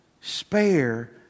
spare